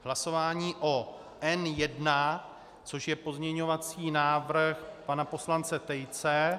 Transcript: Hlasování o N1, což je pozměňovací návrh pana poslance Tejce.